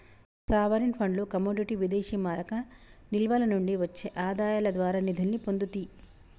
sovereign ఫండ్లు commodity విదేశీమారక నిల్వల నుండి వచ్చే ఆదాయాల ద్వారా నిధుల్ని పొందుతియ్యి